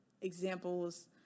examples